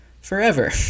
forever